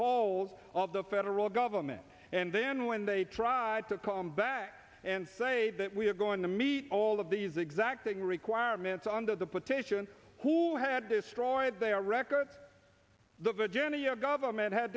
of the federal government and then when they tried to come back and say that we are going to meet all of these exacting requirements on the petition who had destroyed their record the journey your government ha